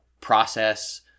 process